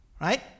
right